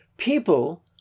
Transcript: People